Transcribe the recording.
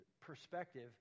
perspective